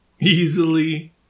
Easily